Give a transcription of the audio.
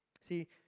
See